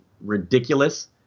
ridiculous